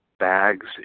Bags